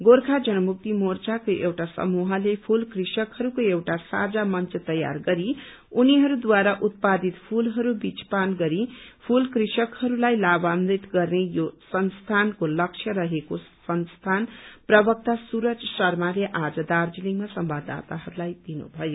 गोर्खा जनमुक्ति मोर्चाको एउटा समूहले फूल कृषकहरूको एउटा साझा मंच तयार गरी उनीहरूद्वारा उत्पादित फूलहरू विचपान गरी फूल कृषकहरूलाई लाभान्वित गर्ने यो संस्थानको लक्ष्य रहेको संस्थान प्रवक्ता सूरज शर्माले आज दार्जीलिङमा संवाददाताहरूलाई दिनुभयो